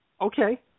Okay